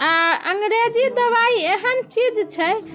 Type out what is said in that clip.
आ अंग्रेजी दबाइ एहन चीज छै